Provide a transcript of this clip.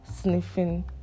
sniffing